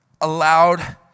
allowed